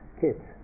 kids